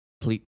please